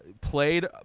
played